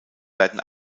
werden